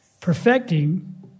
Perfecting